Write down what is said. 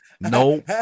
nope